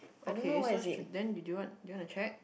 okay so should then do you want do you wanna check